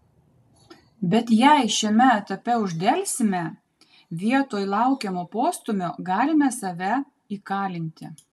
bet jei šiame etape uždelsime vietoj laukiamo postūmio galime save įkalinti